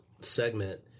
segment